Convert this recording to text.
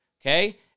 Okay